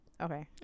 Okay